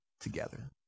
together